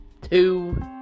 two